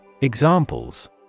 Examples